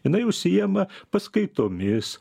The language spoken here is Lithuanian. jinai užsiima paskaitomis